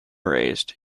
raised